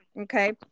Okay